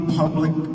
public